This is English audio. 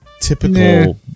typical